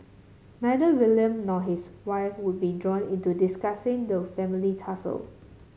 neither William nor his wife would be drawn into discussing the family tussle